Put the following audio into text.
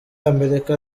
amerika